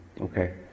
Okay